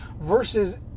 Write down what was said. Versus